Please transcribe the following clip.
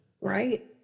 Right